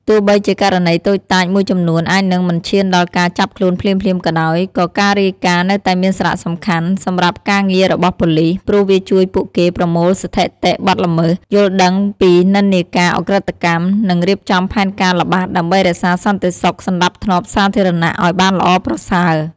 ទោះបីជាករណីតូចតាចមួយចំនួនអាចនឹងមិនឈានដល់ការចាប់ខ្លួនភ្លាមៗក៏ដោយក៏ការរាយការណ៍នៅតែមានសារៈសំខាន់សម្រាប់ការងាររបស់ប៉ូលិស ព្រោះវាជួយពួកគេប្រមូលស្ថិតិបទល្មើស យល់ដឹងពីនិន្នាការឧក្រិដ្ឋកម្ម និងរៀបចំផែនការល្បាតដើម្បីរក្សាសន្តិសុខសណ្តាប់ធ្នាប់សាធារណៈឲ្យបានល្អប្រសើរ។